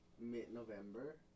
mid-November